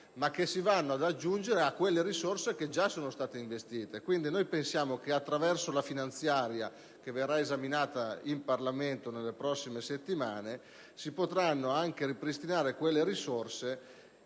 ma si vanno ad aggiungere alle risorse che già sono state investite. Attraverso la finanziaria che verrà esaminata in Parlamento nelle prossime settimane si potranno anche ripristinare quelle risorse